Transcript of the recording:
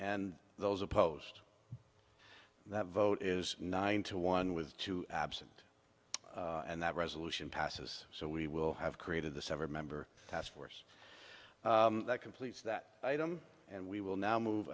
and those opposed that vote is nine to one with two absent and that resolution passes so we will have created the sever member task force that completes that item and we will now move